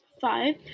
five